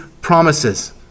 promises